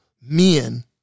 men